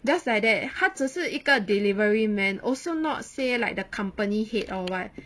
just like that 他只是一个 delivery man also not say like the company head or what